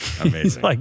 Amazing